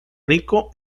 rico